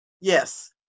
Yes